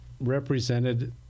represented